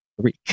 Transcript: Three